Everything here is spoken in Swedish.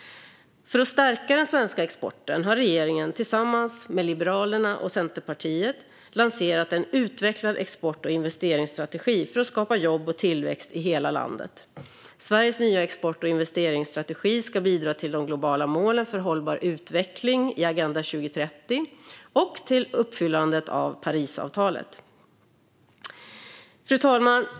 För att stärka den svenska exporten har regeringen, tillsammans med Liberalerna och Centerpartiet, lanserat en utvecklad export och investeringsstrategi för att skapa jobb och tillväxt i hela landet. Sveriges nya export och investeringsstrategi ska bidra till de globala målen för hållbar utveckling i Agenda 2030 och till uppfyllandet av Parisavtalet.